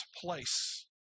place